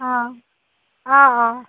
অঁ অঁ অঁ